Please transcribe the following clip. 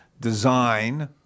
design